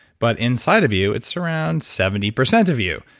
but inside of you, it's around seventy percent of you.